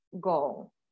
goal